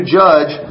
judge